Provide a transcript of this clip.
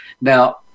Now